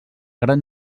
gran